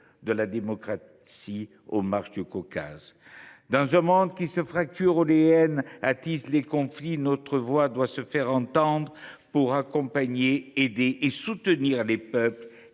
de la démocratie aux marges du Caucase. Dans un monde qui se fracture, où les haines attisent les conflits, notre voix doit se faire entendre pour accompagner, aider et soutenir un peuple